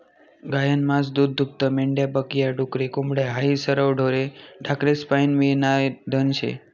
गायनं मास, दूधदूभतं, मेंढ्या बक या, डुकरे, कोंबड्या हायी सरवं ढोरे ढाकरेस्पाईन मियनारं धन शे